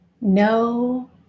no